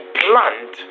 plant